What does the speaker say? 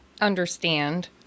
understand